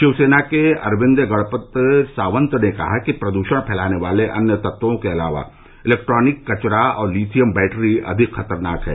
शिवसेना के अरविंद गणपत साकंत ने कहा कि प्रदूषण फैलाने वाले अन्य तत्वों के अलाया इलेक्ट्रॉनिक कचरा और लीथियम बैटरी अधिक खतरनाक है